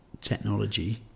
technology